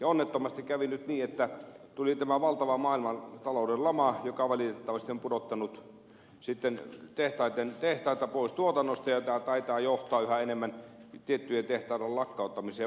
onnettomasti kävi nyt niin että tuli tämä valtava maailmantalouden lama joka valitettavasti on pudottanut tehtaita pois tuotannosta ja tämä taitaa valitettavasti johtaa yhä enemmän tiettyjen tehtaiden lakkauttamiseen